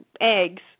eggs